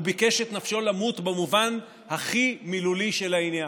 ביקש את נפשו למות במובן הכי מילולי של העניין,